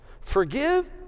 Forgive